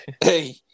Hey